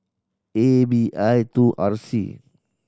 A B I two R C